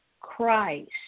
Christ